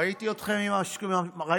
ראיתי אתכם עם המשכנתאות